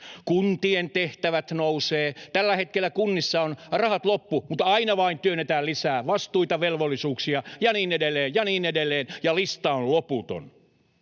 Kuntien tehtävät nousevat. Tällä hetkellä kunnissa on rahat loppu, mutta aina vain työnnetään lisää vastuita, velvollisuuksia ja niin edelleen ja niin edelleen, ja lista on loputon.